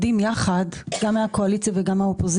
אבל בינתיים יש לי שאלה גם למנכ"ל וגם לדרור.